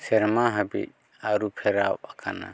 ᱥᱮᱨᱢᱟ ᱦᱟᱹᱵᱤᱡ ᱟᱹᱨᱩᱯᱷᱮᱨᱟᱣ ᱟᱠᱟᱱᱟ